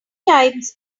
times